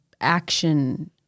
action